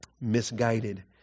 misguided